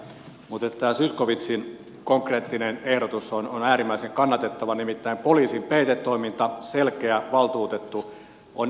mutta tämä zyskowiczin konkreettinen ehdotus on äärimmäisen kannatettava nimittäin poliisin peitetoiminta selkeä valtuutettu on ennalta ehkäisevää